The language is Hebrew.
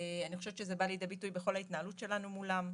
אני חושבת שזה בא לידי ביטוי בכל ההתנהלות שלנו מולם,